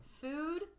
food